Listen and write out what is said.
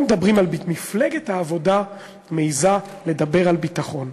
מפלגת העבודה מעזה לדבר על ביטחון.